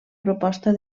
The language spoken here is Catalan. proposta